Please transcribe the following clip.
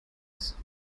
ist